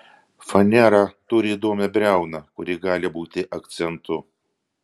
fanera turi įdomią briauną kuri gali būti akcentu